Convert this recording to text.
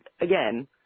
again